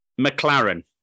McLaren